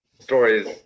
stories